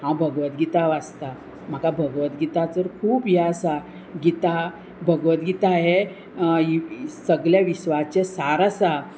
हांव भगवतगीता वाचतां म्हाका भगवतगीताचो खूब हें आसा गीता भगवत गीता हें सगळे विस्वाचें सार आसा